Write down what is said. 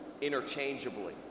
interchangeably